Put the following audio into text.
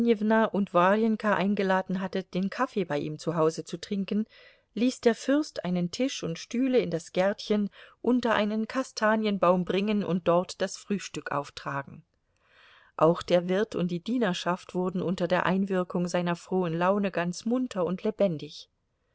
und warjenka eingeladen hatte den kaffee bei ihm zu hause zu trinken ließ der fürst einen tisch und stühle in das gärtchen unter einen kastanienbaum bringen und dort das frühstück auftragen auch der wirt und die dienerschaft wurden unter der einwirkung seiner frohen laune ganz munter und lebendig